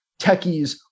techies